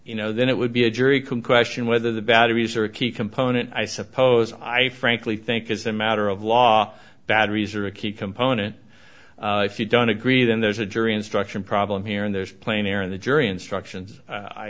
you know then it would be a jury can question whether the batteries are a key component i suppose i frankly think as a matter of law batteries are a key component if you don't agree then there's a jury instruction problem here and there's plain air in the jury instructions i